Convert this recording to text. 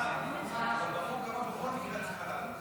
אז אנחנו נעבור להצבעה